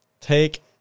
Take